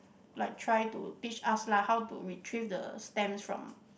like try to teach us lah how to retrieve the stamps from